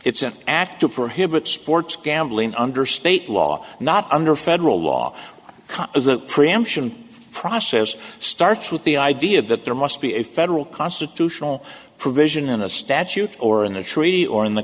it's an act to prohibit sports gambling under state law not under federal law as a preemption process starts with the idea that there must be a federal constitutional provision in a statute or in the treaty or in the